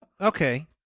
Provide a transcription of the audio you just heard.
Okay